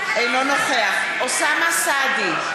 אינו נוכח אוסאמה סעדי,